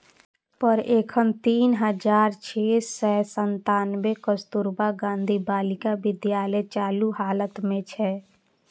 पर एखन तीन हजार छह सय सत्तानबे कस्तुरबा गांधी बालिका विद्यालय चालू हालत मे छै